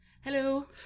Hello